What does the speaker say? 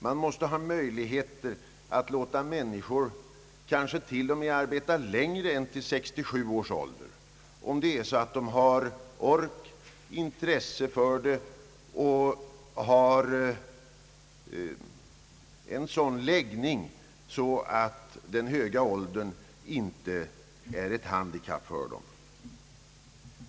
Man bör ha möjlighet att låta människor arbeta kanske till och med längre än till 67 års ålder, om de har ork, intresse och en sådan läggning att den höga åldern inte är ett handikapp för dem.